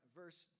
verse